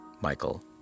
Michael